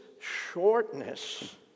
shortness